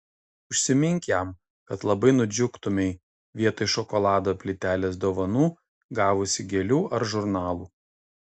užsimink jam kad labai nudžiugtumei vietoj šokolado plytelės dovanų gavusi gėlių ar žurnalų